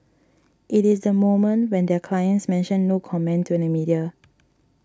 it is the moment when their clients mention no comment to the media